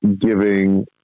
giving